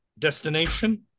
destination